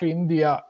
India